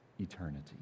eternity